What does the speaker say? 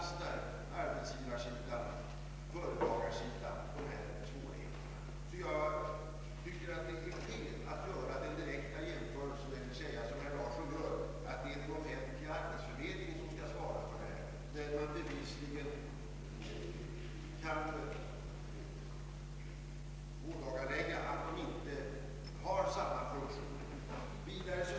Det kan många gånger vara så att en myndighet eller en enskild person har ett akut behov av skrivhjälp, ett behov som arbetsförmedlingen inte kan tillgodose.